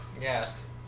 Yes